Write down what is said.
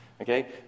Okay